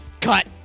Cut